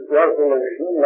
resolution